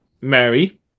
Mary